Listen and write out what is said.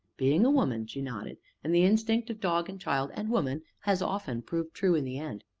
being a woman! she nodded and the instinct of dog and child and woman has often proved true in the end.